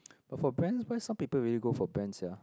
but for brands why some people really go for brands sia